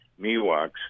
Miwoks